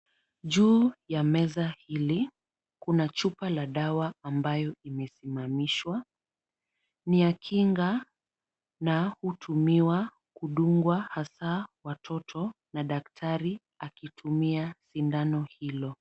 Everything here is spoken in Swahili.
Juu ya meza hili, kuna chupa la dawa ambayo imesimamishwa, ni ya kinga na hutumiwa kudungwa hasa watoto na daktari akitumia sindano hilo.